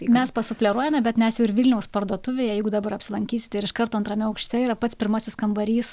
mes pasufleruojame bet mes jau ir vilniaus parduotuvėj jeigu dabar apsilankysite ir iš karto antrame aukšte yra pats pirmasis kambarys